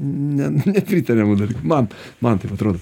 ne nepritariama dar man man taip atrodo